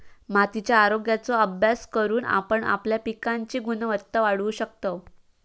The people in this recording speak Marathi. मातीच्या आरोग्याचो अभ्यास करून आपण आपल्या पिकांची गुणवत्ता वाढवू शकतव